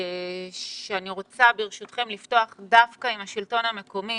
שאני רוצה, ברשותכם, לפתוח דווקא עם השלטון המקומי